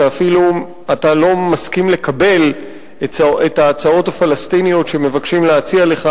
שאפילו אתה לא מסכים לקבל את ההצעות הפלסטיניות שמבקשים להציע לך,